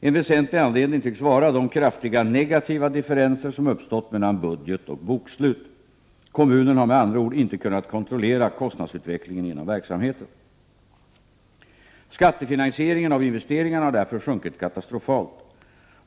En väsentlig anledning tycks vara de kraftiga negativa differenser som uppstått mellan budget och bokslut. Kommunen har med andra ord inte kunnat kontrollera kostnadsutvecklingen inom verksamheten. Skattefinanseringen av investeringarna har därför sjunkit katastrofalt.